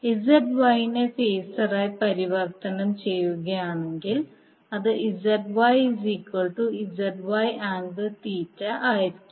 ZY നെ ഫേസറായി പരിവർത്തനം ചെയ്യുകയാണെങ്കിൽ അത് ZY ZY∠θ ആയിരിക്കും